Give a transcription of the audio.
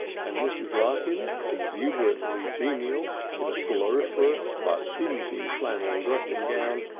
and mrs. larkins, exuberantly genial in a floriferous but dingy flannel dressing gown,